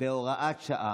בהוראת שעה.